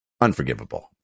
unforgivable